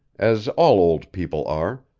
as all old people are.